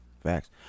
Facts